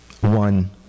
one